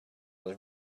was